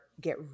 get